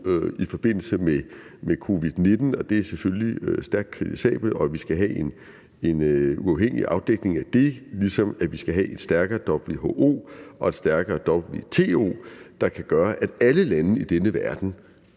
i forbindelse med covid-19. Det er selvfølgelig stærkt kritisabelt, og vi skal have en uafhængig afdækning af det, ligesom vi skal have et stærkere WHO og et stærkere WTO, der kan gøre, at alle lande i denne verden,